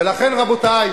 ולכן, רבותי,